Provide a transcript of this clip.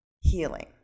healing